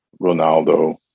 Ronaldo